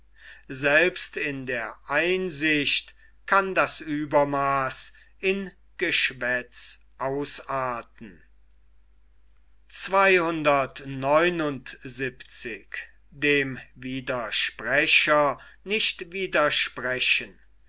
selbst in der einsicht kann das uebermaaß in geschwätz ausarten